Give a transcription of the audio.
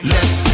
Left